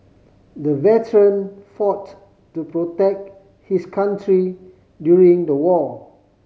the veteran fought to protect his country during the war